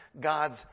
God's